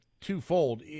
twofold